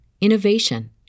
innovation